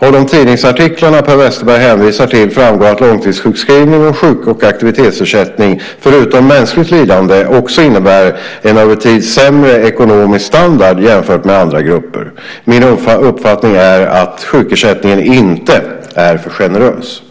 Av de tidningsartiklar Per Westerberg hänvisar till framgår att långtidssjukskrivning och sjuk och aktivitetsersättning förutom mänskligt lidande också innebär en över tid sämre ekonomisk standard jämfört med andra grupper. Min uppfattning är att sjukersättningen inte är för generös.